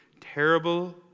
Terrible